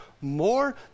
more